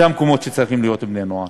אלה המקומות שבהם צריכים להיות בני-נוער.